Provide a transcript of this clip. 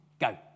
Go